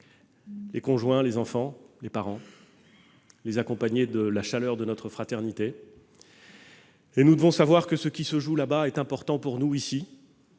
les conjoints, les enfants, les parents -, les accompagner de la chaleur de notre fraternité ; et nous devons savoir que ce qui se joue là-bas est important pour nous ici,